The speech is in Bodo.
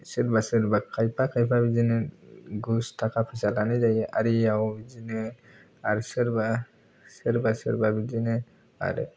सोरबा सोरबा खायफा खायफा बिदिनो घुस थाखा फैसा लानाय जायो आरियाव बिदिनो आरो सोरबा सोरबा सोरबा बिदिनो आरो